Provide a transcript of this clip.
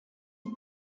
die